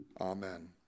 Amen